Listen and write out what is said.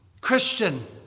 Christian